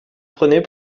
prenez